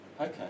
Okay